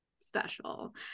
special